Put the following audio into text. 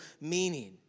meaning